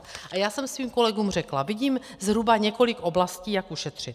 A já jsem svým kolegům řekla: Vidím zhruba několik oblastí, jak ušetřit.